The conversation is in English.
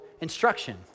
instruction